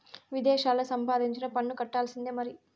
విదేశాల్లా సంపాదించినా పన్ను కట్టాల్సిందే మరి